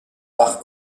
par